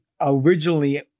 originally